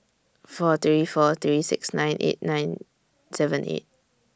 four three four three six nine eight nine seven eight